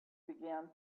began